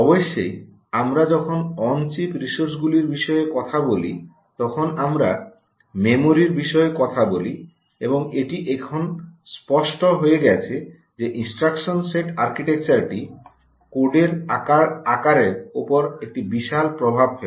অবশ্যই আমরা যখন অন চিপ রিসোর্সগুলির বিষয়ে কথা বলি তখন আমরা মেমরির বিষয়ে কথা বলি এবং এটি এখন স্পষ্ট হয়ে গেছে যে ইনস্ট্রাকশন সেট আর্কিটেকচারটি কোডের আকারের উপর একটি বিশাল প্রভাব ফেলে